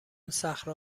صخره